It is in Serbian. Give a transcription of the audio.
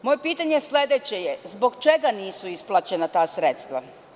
Moje sledeće pitanje je, zbog čega nisu isplaćena ta sredstva?